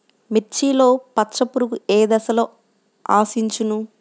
మిర్చిలో పచ్చ పురుగు ఏ దశలో ఆశించును?